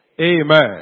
Amen